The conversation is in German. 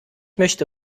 möchte